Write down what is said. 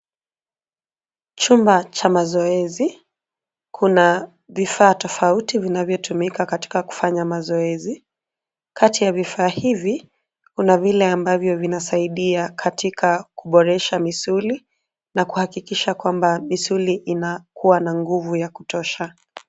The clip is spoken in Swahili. Chumba cha mazoezi, kuna, vifaa tofauti vinavyotumika katika kufanya mazoezi, kati ya vifaa hivi, kuna vile ambavyo vinasaidia katika kuboresha misuli, na kuhakikisha kwamba misuli inakuwa na nguvu ya kutosha.